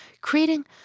Creating